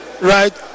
Right